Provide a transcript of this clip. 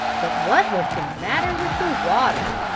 but what was the matter with the water?